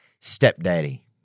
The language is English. stepdaddy